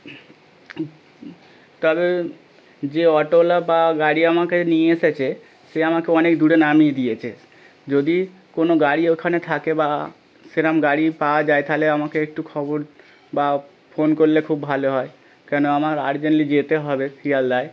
তবে যে অটোওয়ালা বা গাড়ি আমাকে নিয়ে এসেছে সে আমাকে অনেক দূরে নামিয়ে দিয়েছে যদি কোনো গাড়ি ওখানে থাকে বা সেরম গাড়ি পাওয়া যায় তাহলে আমাকে একটু খবর বা ফোন করলে খুব ভালো হয় কেন আমার আর্জেন্টলি যেতে হবে শিয়ালদায়